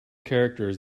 characters